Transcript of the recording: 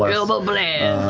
but elba blast!